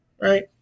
right